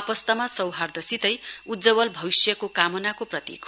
आपस्तमा सौभाग्यसितै उज्जवल भविस्यको कामनाको प्रतीक हो